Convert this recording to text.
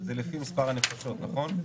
זה לפי מספר הנפשות, נכון?